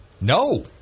no